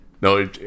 no